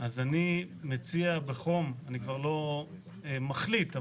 אני כבר לא מחליט,